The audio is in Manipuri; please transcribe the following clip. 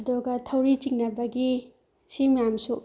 ꯑꯗꯨꯒ ꯊꯧꯔꯤ ꯆꯤꯡꯅꯕꯒꯤ ꯁꯤ ꯃꯌꯥꯝꯁꯨ